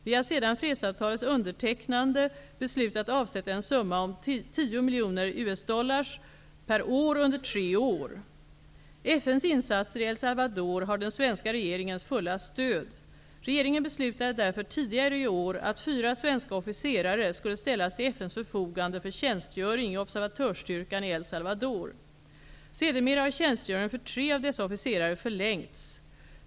Vi har sedan fredsavtalets undertecknande beslutat avsätta en summa om 10 miljoner dollar per år under tre år. FN:s insatser i El Salvador har den svenska regeringens fulla stöd. Regeringen beslutade därför tidigare i år att fyra svenska officerare skulle ställas till FN:s förfogande för tjänstgöring i observatörsstyrkan i El Salvador. Sedermera har tjänstgöringen för tre av dessa officerare förlängts.